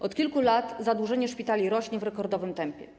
Od kilku lat zadłużenie szpitali rośnie w rekordowym tempie.